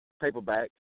paperback